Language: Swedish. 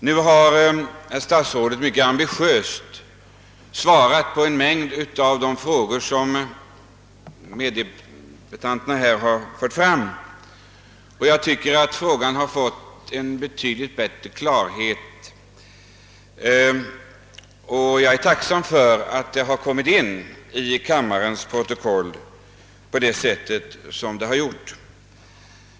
Nu har statsrådet mycket ambitiöst svarat på en mängd av de frågor som mina meddebattörer här framställt, och jag tycker därför att betydligt bättre klarhet har skapats. Jag är tacksam för att dessa besked från statsrådets sida har kommit in i kammarens protokoll.